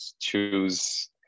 choose